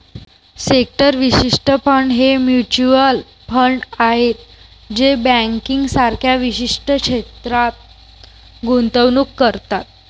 sector विशिष्ट fund हे mutual fund आहेत जे बँकिंग सारख्या विशिष्ट क्षेत्रात गुंतवणूक करतात